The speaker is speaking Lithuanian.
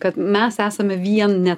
kad mes esame viene